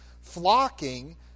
flocking